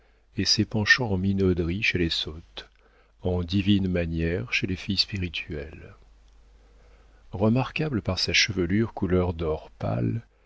et s'épanchant en minauderies chez les sottes en divines manières chez les filles spirituelles remarquable par sa chevelure couleur d'or pâle